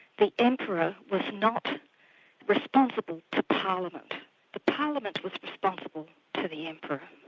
the emperor was not responsible to parliament the parliament was responsible to the emperor.